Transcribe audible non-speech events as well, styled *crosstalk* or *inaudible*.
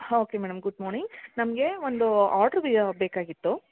okay madam good morning ನಮಗೆ ಒಂದು order *unintelligible* ಬೇಕಾಗಿತ್ತು